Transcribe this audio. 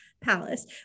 palace